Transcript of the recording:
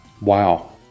Wow